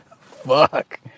fuck